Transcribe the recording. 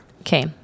Okay